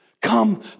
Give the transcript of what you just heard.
Come